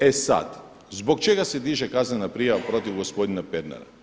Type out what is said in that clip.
E sad, zbog čega se diže kaznena prijava protiv gospodina Pernara?